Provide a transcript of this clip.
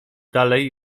dalej